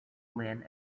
lynne